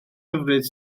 hyfryd